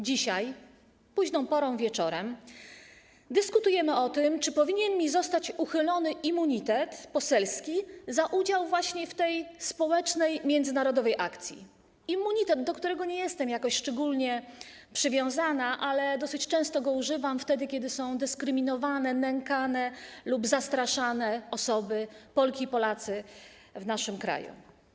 Dzisiaj późną porą, wieczorem, dyskutujemy o tym, czy powinien mi zostać uchylony immunitet poselski za udział właśnie w tej społecznej międzynarodowej akcji - immunitet, do którego nie jestem jakoś szczególnie przywiązana, ale którego dosyć często używam wtedy, kiedy są dyskryminowane, nękane lub zastraszane osoby, Polki i Polacy, w naszym kraju.